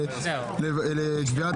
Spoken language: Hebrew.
קביעת